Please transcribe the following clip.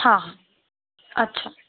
हां हां अच्छा